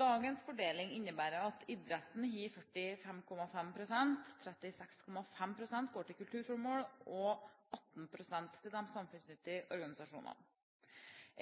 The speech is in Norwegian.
Dagens fordeling innebærer at idretten har 45,5 pst., 36,5 pst. går til kulturformål og 18 pst. til de samfunnsnyttige organisasjonene.